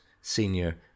senior